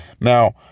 Now